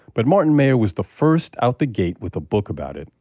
but martin mayer was the first out the gate with a book about it,